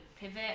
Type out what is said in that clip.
pivot